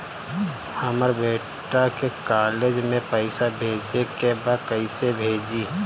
हमर बेटा के कॉलेज में पैसा भेजे के बा कइसे भेजी?